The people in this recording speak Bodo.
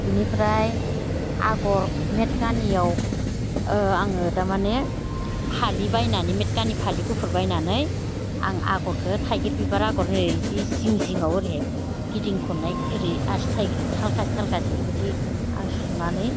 बेनिफ्राय आगर मेट कानियाव आङो तारमाने फालि बायनानै मेट कानि फालि गुफुर बायनानै आं आगरखौ थाइगिर बिबार आगर बिदि जिं जिङाव ओरैहाय गिदिंखननाय ओरै आसि थाइ थालखासे थालखासे बेबायदि आं सुनानै